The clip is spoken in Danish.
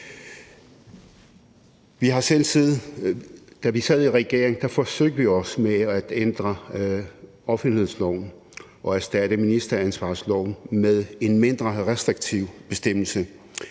Da vi sad i regering, forsøgte vi os med at ændre offentlighedsloven og erstatte ministeransvarlighedsloven med en mindre restriktiv bestemmelse,